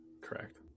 correct